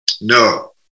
No